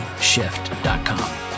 shift.com